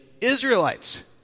Israelites